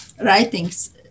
writings